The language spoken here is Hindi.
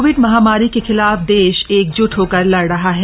कोविड महामारी के खिलाफ देश एकज्ट होकर लड़ रहा है